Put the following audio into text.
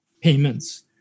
payments